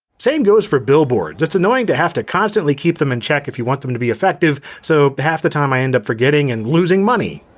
same goes for billboards, it's annoying to have to constantly keep them in check if you want them to be effective, so half the time i end up forgetting and losing money.